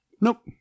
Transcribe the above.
Nope